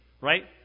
right